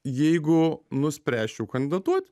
jeigu nuspręsčiau kandidatuot